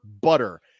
butter